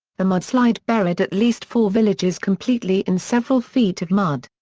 the mudslide buried at least four villages completely in several feet of mud.